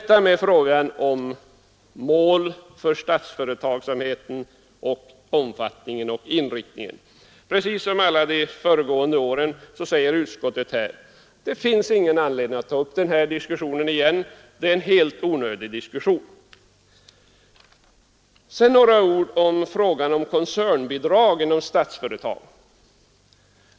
När det gäller frågan om mål för statsföretagsamheten, dess omfattning och inriktning, säger utskottet precis som alla de föregående åren att det inte finns någon anledning att ta upp den här diskussionen igen, den är helt onödig. Sedan några ord i frågan om koncernbidrag inom Statsföretag.